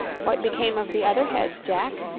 what became of the other heads, jack?